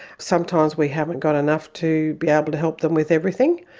sometimes we haven't got enough to be able to help them with everything,